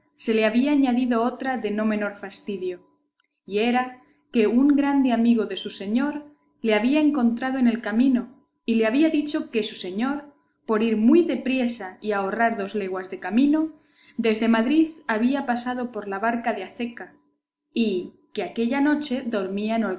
se le había añadido otra de no menor fastidio y era que un grande amigo de su señor le había encontrado en el camino y le había dicho que su señor por ir muy de priesa y ahorrar dos leguas de camino desde madrid había pasado por la barca de azeca y que aquella noche dormía en